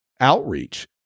outreach